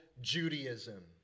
Judaism